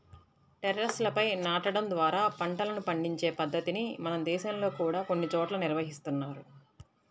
టెర్రస్లపై నాటడం ద్వారా పంటలను పండించే పద్ధతిని మన దేశంలో కూడా కొన్ని చోట్ల నిర్వహిస్తున్నారు